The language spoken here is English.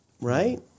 right